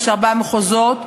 יש ארבעה מחוזות,